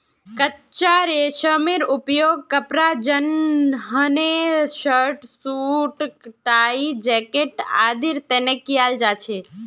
कच्चा रेशमेर उपयोग कपड़ा जंनहे शर्ट, सूट, टाई, जैकेट आदिर तने कियाल जा छे